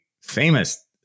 famous